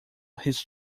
his